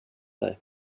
dig